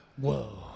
Whoa